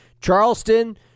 Charleston